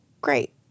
great